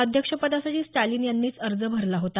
अध्यक्षपदासाठी स्टॅलिन यांनीच अर्ज भरला होता